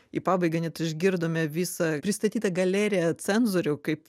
į pabaigą net išgirdome visą pristatytą galeriją cenzorių kaip